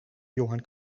johann